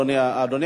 אדוני,